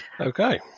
Okay